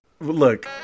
Look